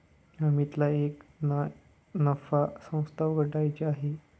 अमितला एक ना नफा संस्था उघड्याची आहे